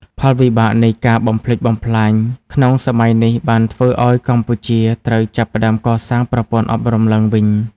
ផលវិបាកនៃការបំផ្លិចបំផ្លាញក្នុងសម័យនេះបានធ្វើឱ្យកម្ពុជាត្រូវចាប់ផ្ដើមកសាងប្រព័ន្ធអប់រំឡើងវិញ។